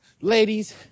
ladies